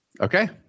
Okay